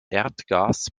erdgas